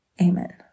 amen